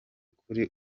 kuri